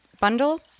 Bundle